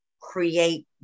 create